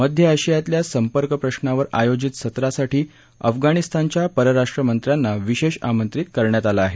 मध्य आशियातल्या संपर्क प्रश्रावर आयोजित सत्रासाठी अफगाणिस्तानच्या परराष्ट्रमंत्र्यांना विशेष आमंत्रित करण्यात आलं आहे